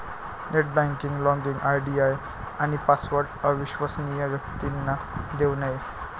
net banking login ID आणि password अविश्वसनीय व्यक्तींना देऊ नये